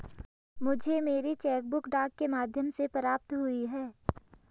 मुझे मेरी cheque book डाक के माध्यम से प्राप्त हुई है